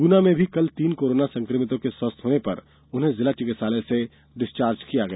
गुना में भी कल तीन कोरोना संकमितों के स्वस्थ होने पर उन्हें जिला चिकित्सालय से डिस्चार्ज किया गया